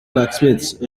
blacksmith